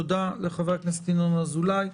תודה לחבר הכנסת ינון אזולאי.